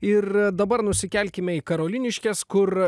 ir dabar nusikelkime į karoliniškes kur